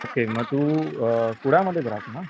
okay मग तू कुड्यामध्येच राहतो ना